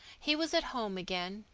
he was at home again,